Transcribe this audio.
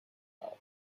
love